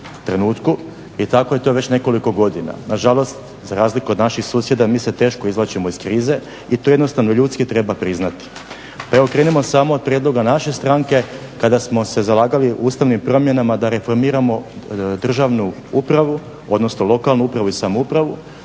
i tako je to već nekoliko godina. Nažalost, za razliku od naših susjeda mi se teško izvlačimo iz krize i to jednostavno ljudski treba priznati. Pa evo krenimo samo od prijedloga naše stranke kada smo se zalagali ustavnim promjenama da reformiramo državnu upravu, odnosno lokalnu upravu i samoupravu,